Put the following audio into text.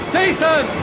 Jason